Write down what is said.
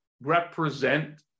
represent